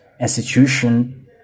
institution